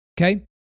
Okay